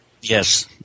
Yes